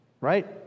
right